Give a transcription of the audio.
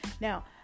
Now